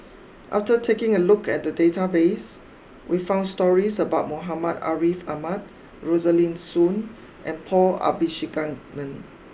after taking a look at the database we found stories about Muhammad Ariff Ahmad Rosaline Soon and Paul Abisheganaden